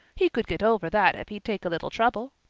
he could get over that if he'd take a little trouble.